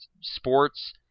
sports